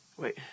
Wait